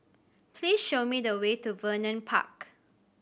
please show me the way to Vernon Park